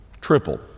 Triple